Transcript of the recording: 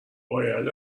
باید